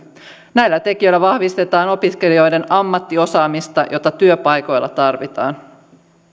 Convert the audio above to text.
näillä tekijöillä vahvistetaan opiskelijoiden ammattiosaamista jota työpaikoilla tarvitaan